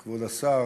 תודה, כבוד השר,